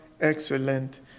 excellent